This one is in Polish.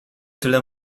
tyle